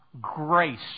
grace